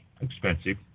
expensive